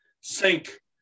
sink